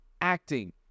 acting